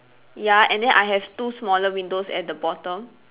ya and then I have two smaller windows at the bottom